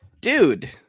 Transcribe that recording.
Dude